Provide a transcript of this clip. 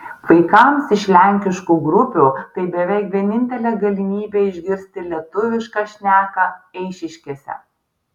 vaikams iš lenkiškų grupių tai beveik vienintelė galimybė išgirsti lietuvišką šneką eišiškėse